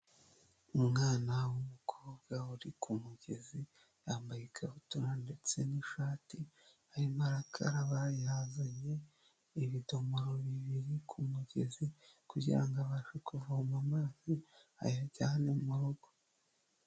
Umwana w'umukobwa uri ku mugezi yambaye ikabutura ndetse n'ishati, arimo arakaraba yazanye ibidomoro bibiri ku mugezi kugirango abashe kuvoma amazi ayajyane mu rugo.